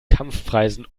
kampfpreisen